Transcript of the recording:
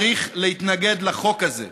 צריך להתנגד לחוק הזה.